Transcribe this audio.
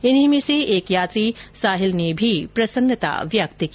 इन्हीं में से एक यात्री साहिल ने भी प्रसन्नता व्यक्त की